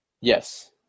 Yes